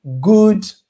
good